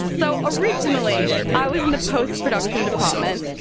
so originally i like ah was in the post-production department,